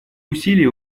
усилия